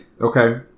Okay